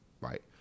right